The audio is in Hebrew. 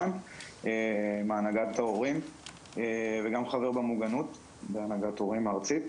אני גם חבר במוגנות בהנהגת הורים ארצית.